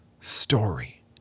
story